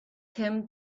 him